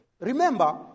Remember